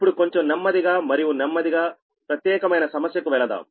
ఇప్పుడు కొంచెం నెమ్మదిగా మరియు నెమ్మదిగా ప్రత్యేకమైన సమస్య కు వెళదాం